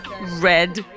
red